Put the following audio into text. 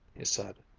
he said.